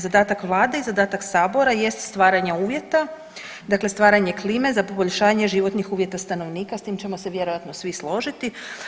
Zadatak Vlade i zadatak Sabora jest stvaranje uvjeta, dakle stvaranje klime za poboljšanje životnih uvjeta stanovnika, s tim ćemo se vjerojatno svi složiti.